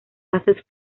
bases